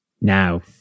Now